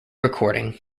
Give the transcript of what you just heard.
recording